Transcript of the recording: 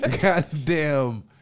goddamn